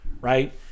right